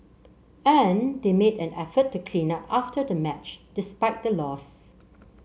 and they made an effort to clean up after the match despite the loss